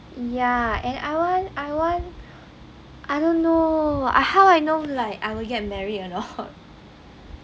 ya and I want I want I don't know how I know like I will get married or not